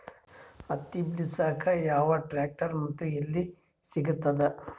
ಹತ್ತಿ ಬಿಡಸಕ್ ಯಾವ ಟ್ರ್ಯಾಕ್ಟರ್ ಮತ್ತು ಎಲ್ಲಿ ಸಿಗತದ?